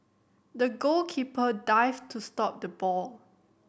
the goalkeeper dived to stop the ball